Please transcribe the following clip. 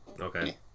Okay